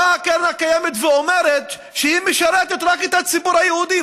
באה הקרן הקיימת ואומרת שהיא משרתת רק את הציבור היהודי.